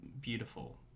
beautiful